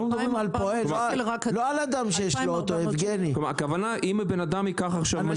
אנחנו מדברים על פועל, לא על אדם שיש לו אוטו.